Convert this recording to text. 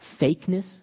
fakeness